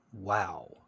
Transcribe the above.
Wow